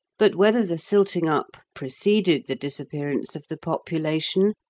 but whether the silting up preceded the disappearance of the population,